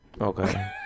Okay